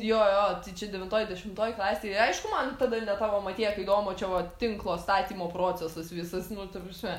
jo jo tai čia devintoj dešimtoj klasėj i aišku man tada ne tavo matieka įdomu o čia va tinklo statymo procesas visas nu ta prasme